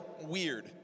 weird